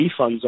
refunds